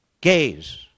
gays